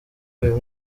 uyu